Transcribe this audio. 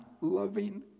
loving